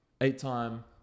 eight-time